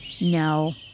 No